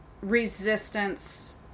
resistance